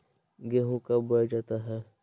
गेंहू कब बोया जाता हैं?